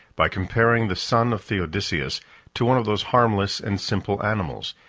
by comparing the son of theodosius to one of those harmless and simple animals,